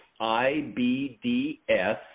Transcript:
IBDS